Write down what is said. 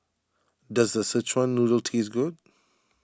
does Szechuan Noodle taste good